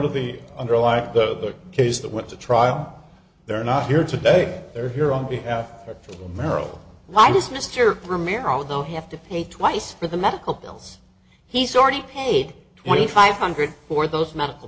of the underlying the case that went to trial they're not here today they're here on behalf of america why does mr premier although have to pay twice for the medical bills he's already paid twenty five hundred for those medical